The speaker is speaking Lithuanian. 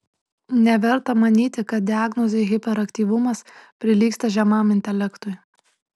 neverta manyti kad diagnozė hiperaktyvumas prilygsta žemam intelektui